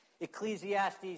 Ecclesiastes